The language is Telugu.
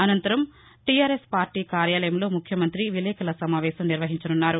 అనతరం టీఆర్ఎస్ పార్టీ కార్యాలయంలో ముఖ్యమంతి విలేకర్ల సమావేశం నిర్వహించనున్నారు